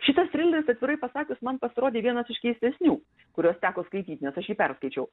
šitas trileris atvirai pasakius man pasirodė vienas iš keistesnių kuriuos teko skaityt nes aš jį perskaičiau